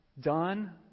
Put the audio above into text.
done